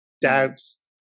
doubts